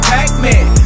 Pac-Man